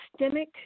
systemic